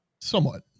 Somewhat